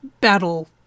battle